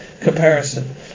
comparison